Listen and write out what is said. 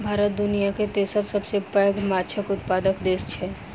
भारत दुनियाक तेसर सबसे पैघ माछक उत्पादक देस छै